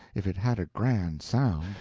if it had a grand sound,